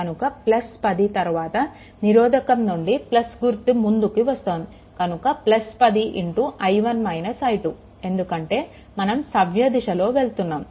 కనుక 10 తరువాత నిరోధకం నుండి గుర్తు ముందు వస్తోంది కనుక 10 i1 - i2 ఎందుకంటే మనం సవ్య దిశలో వెళ్తున్నాము